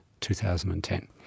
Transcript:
2010